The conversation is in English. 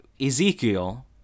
Ezekiel